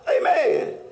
Amen